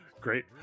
Great